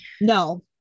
No